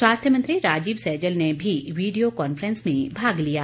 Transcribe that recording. स्वास्थ्य मंत्री राजीव सैजल ने भी वीडियो कॉन्फ्रेंस में भाग लिया